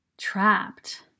trapped